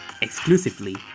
exclusively